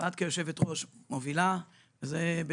ברור, ואת כיושבת-ראש מובילה את זה.